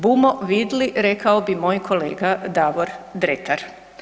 Bumo vidli rekao bi moj kolega Davor Dretar.